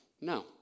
No